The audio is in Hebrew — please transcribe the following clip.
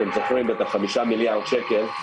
ה-5 מיליארד שקל,